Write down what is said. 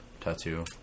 tattoo